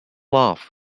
off